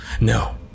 No